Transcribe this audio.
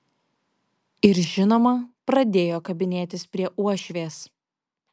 ir žinoma pradėjo kabinėtis prie uošvės